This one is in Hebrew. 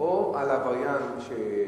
או על העבריין שברח,